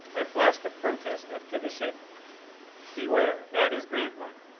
i flashed a protest up to the ship beware. that is grantline!